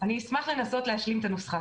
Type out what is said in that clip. אני אשמח לנסות להשלים את הנוסחה,